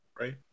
right